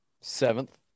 seventh